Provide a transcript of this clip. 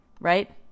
right